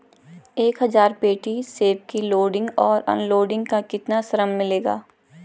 एक हज़ार पेटी सेब की लोडिंग और अनलोडिंग का कितना श्रम मिलेगा?